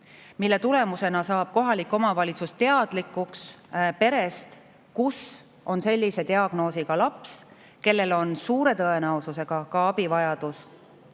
mille tulemusena saab kohalik omavalitsus teadlikuks perest, kus on sellise diagnoosiga laps, kellel on suure tõenäosusega ka abivajadus.